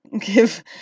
give